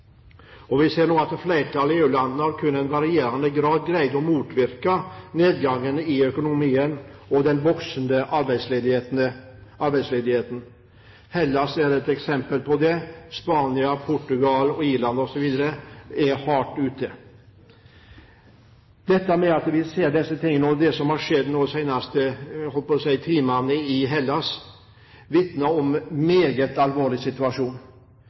Vi ser nå at flertallet av EU-landene, i varierende grad, har greid å motvirke nedgangen i økonomien og den voksende arbeidsledigheten. Hellas er et eksempel på det, og Spania, Portugal og Irland er hardt ute å kjøre. Dette, og det som har skjedd nå de seneste timene i Hellas, vitner om en meget alvorlig situasjon.